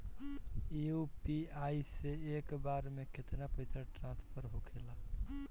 UPI से एक बार मे केतना पैसा ट्रस्फर होखे ला?